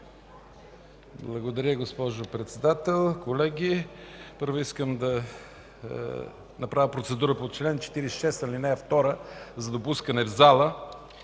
Благодаря, госпожо Председател. Колеги, първо искам да направя процедура по чл. 46, ал. 2 за допускане в залата